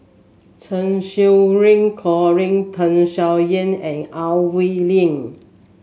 Cheng Xinru Colin Tham Sien Yen and Au Hing Yee